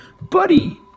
buddy